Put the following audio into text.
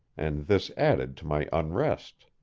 and this added to my unrest.